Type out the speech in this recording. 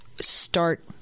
start